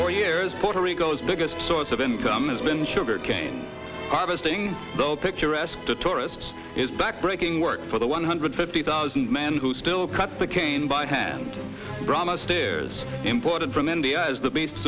for years puerto rico's biggest source of income has been sugarcane harvesting though picturesque to tourists is back breaking work for the one hundred fifty thousand men who still cut the cane by hand brahma steers imported from india as the beas